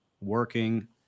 working